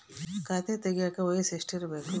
ಖಾತೆ ತೆಗೆಯಕ ವಯಸ್ಸು ಎಷ್ಟಿರಬೇಕು?